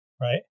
Right